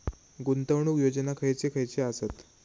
गुंतवणूक योजना खयचे खयचे आसत?